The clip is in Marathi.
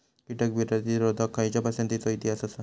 कीटक प्रतिरोधक खयच्या पसंतीचो इतिहास आसा?